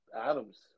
Adams